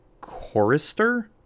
Chorister